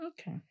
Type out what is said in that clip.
Okay